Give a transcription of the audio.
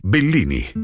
Bellini